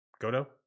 Goto